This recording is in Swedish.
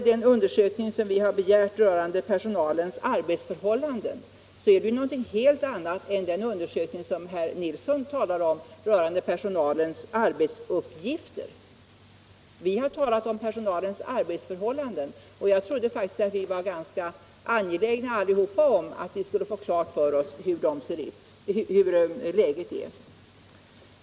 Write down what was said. Den undersökning vi har begärt rörande personalens arbetsförhållanden är något helt annat än den undersökning som herr Nilsson talar om rörande personalens arbetsuppgifter. Vi har talat om personalens arbetsförhållanden, och jag trodde att vi alla var ganska angelägna om att få klart för oss hur läget är.